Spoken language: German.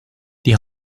die